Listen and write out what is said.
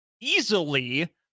easily